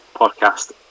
podcast